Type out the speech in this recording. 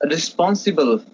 Responsible